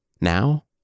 Now